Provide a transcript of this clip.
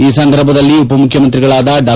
ಈ ಸಂದರ್ಭದಲ್ಲಿ ಉಪಮುಖ್ಯಮಂತ್ರಿಗಳಾದ ಡಾ